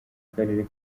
karere